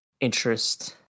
interest